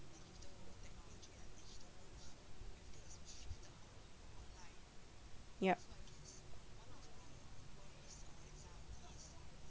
yup